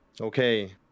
okay